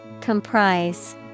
comprise